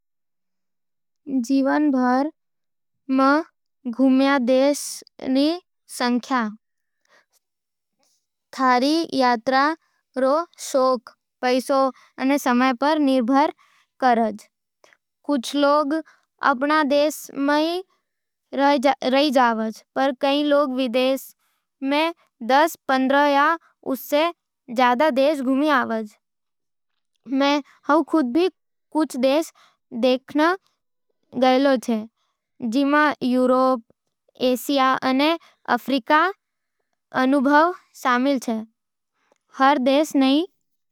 जीवन भर में घूमया देशां रा संख्या थारी यात्रा रो शौक, पैसा अने समय पर निर्भर करे है। कुछ लोग अपने देश में ही रह जावै है, पर कई लोग विदेश में दस, पंद्रह या उससे ज्यादा देश घुम्या होवे है। मैं खुद भी कुछ देशां देख्या हूँ, जिमें यूरोप, एशिया अने अफ्रीका रा अनुभव सामिल है। हर देश नई संस्कृति, भाषा अने जीवन शैली सिखावे है, जिकरो अनुभव जीवन भर यादगार बन जावे है।